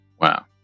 Wow